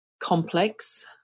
complex